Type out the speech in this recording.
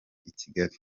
kigali